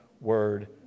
word